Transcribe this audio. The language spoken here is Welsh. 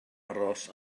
aros